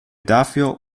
dafür